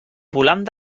volant